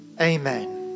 Amen